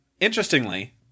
interestingly